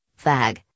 Fag